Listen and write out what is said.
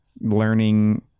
learning